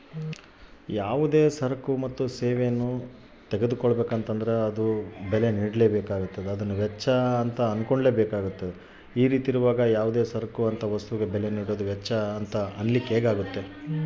ನಾವು ಯಾವುದೇ ಸರಕು ತಗೊಂಡಾಗ ಅಂತ ವಸ್ತುಗೆ ಬೆಲೆ ನೀಡುವುದೇ ವೆಚ್ಚವಾಗ್ಯದ